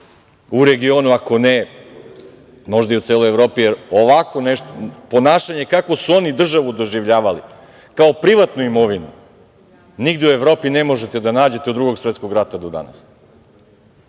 u regionu, ako ne možda i u celoj Evropi, jer ovakvo ponašanje, kako su oni državu doživljavali, kao privatnu imovinu, nigde u Evropi ne možete da nađete od Drugog svetskog rata do danas.I